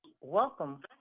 welcome